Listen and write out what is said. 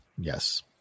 Yes